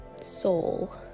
soul